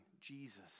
Jesus